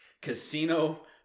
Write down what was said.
casino